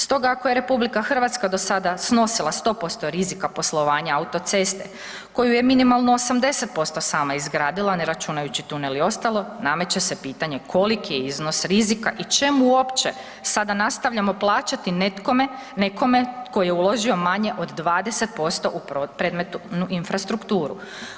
Stoga ako je RH do sada snosila 100% rizika poslovanja autoceste koju je minimalno 80% sama izgradila ne računajući tunel i ostalo, nameće se pitanje koliko je iznos rizika i čemu uopće sada nastavljamo plaćati nekome ko je uložio manje od 20% u predmetnu infrastrukturu?